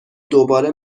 دوباره